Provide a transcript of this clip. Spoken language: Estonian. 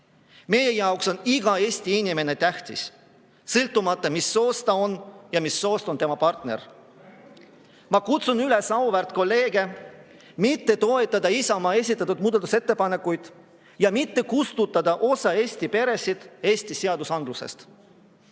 Meie jaoks on iga Eesti inimene tähtis, sõltumata sellest, mis soost ta on ja mis soost on tema partner. Ma kutsun üles auväärt kolleege mitte toetama Isamaa esitatud muudatusettepanekuid ja mitte kustutama osa Eesti peresid Eesti seadusandlusest.